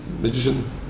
Magician